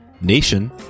nation